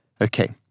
Okay